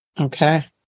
Okay